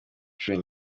inshuro